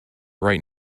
right